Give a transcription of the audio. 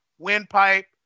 windpipe